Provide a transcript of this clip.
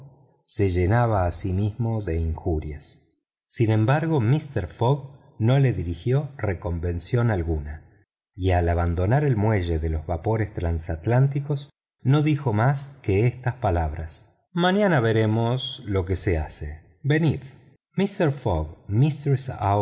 se llenaba a sí mismo de injurias sin embargo mister fogg no le dirigió reconvención alguna y al abandonar el muelle de los vapores transatlánticos no dijo más que estas palabras mañana veremos lo que se hace venid mister fogg